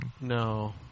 No